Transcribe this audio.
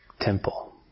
temple